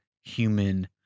human